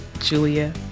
Julia